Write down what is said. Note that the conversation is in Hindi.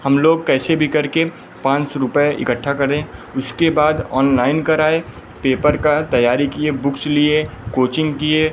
हम लोग कैसे भी करके पाँच सौ रुपये इकट्ठा करें उसके बाद ऑनलाइन कराए पेपर की तैयारी किए बुक्स लिए कोचिंग किए